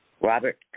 Robert